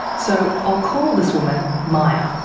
so i'll call this woman maya.